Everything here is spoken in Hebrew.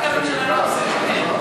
רק הממשלה לא נושאת עיניה.